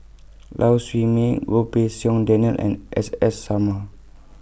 Lau Siew Mei Goh Pei Siong Daniel and S S Sarma